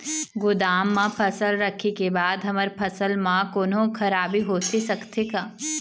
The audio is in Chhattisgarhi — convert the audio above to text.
गोदाम मा फसल रखें के बाद हमर फसल मा कोन्हों खराबी होथे सकथे का?